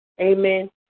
Amen